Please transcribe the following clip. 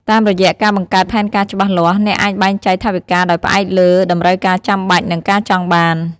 តាមរយៈការបង្កើតផែនការច្បាស់លាស់ អ្នកអាចបែងចែកថវិកាដោយផ្អែកលើតម្រូវការចាំបាច់ និងការចង់បាន។